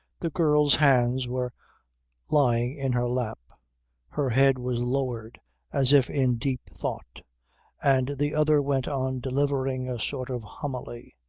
the girl's hands were lying in her lap her head was lowered as if in deep thought and the other went on delivering a sort of homily.